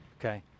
Okay